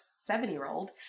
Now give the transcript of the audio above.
seven-year-old